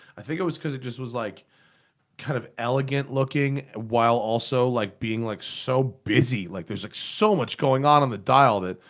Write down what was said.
i think it was because it just was. like kind of elegant looking while also like being like so busy. like, there's like, so much going on on the dial that.